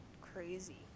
crazy